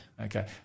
Okay